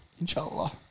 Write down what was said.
Inshallah